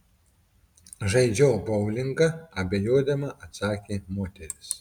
žaidžiau boulingą abejodama atsakė moteris